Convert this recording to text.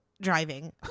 driving